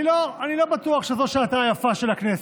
אני לא בטוח שזו שעתה היפה של הכנסת.